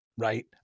Right